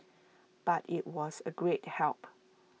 but IT was A great help